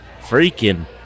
Freaking